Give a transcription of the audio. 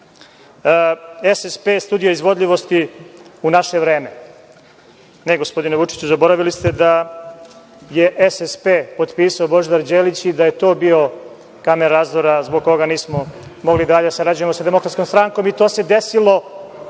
studio izvodljivosti u naše vreme. Ne, gospodine Vučiću, zaboravili ste da je SSP potpisao Božidar Đelić i da je to bio kamen razdora zbog koga nismo mogli dalje da sarađujemo sa Demokratskom strankom. To se desilo